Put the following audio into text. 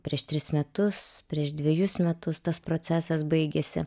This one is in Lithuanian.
prieš tris metus prieš dvejus metus tas procesas baigėsi